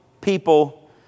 people